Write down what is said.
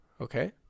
Okay